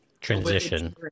Transition